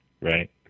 right